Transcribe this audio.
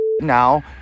now